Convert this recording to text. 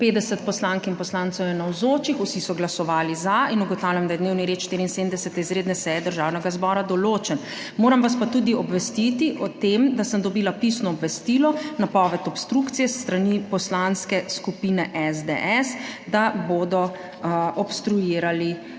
50 poslank in poslancev je navzočih, vsi so glasovali za. (Za je glasovalo 50.) (Proti nihče.) Ugotavljam, da je dnevni red 74. izredne seje Državnega zbora določen. Moram vas pa tudi obvestiti o tem, da sem dobila pisno obvestilo, napoved obstrukcije s strani Poslanske skupine SDS, da bodo obstruirali